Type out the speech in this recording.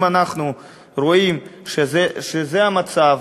אם אנחנו רואים שזה המצב,